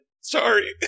Sorry